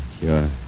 sure